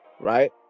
right